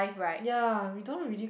ya we don't really